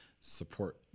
support